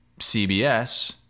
CBS